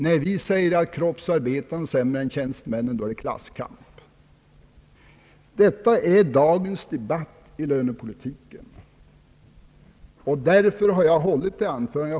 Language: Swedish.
När vi säger att kroppsarbetaren har sämre än tjänstemannen, då är det klasskamp. Detta är dagens debatt i lönepolitiken, och därför har jag hållit detta anförande.